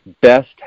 best